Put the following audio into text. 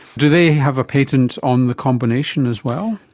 do they have a patent on the combination as well?